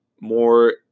More